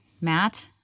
Matt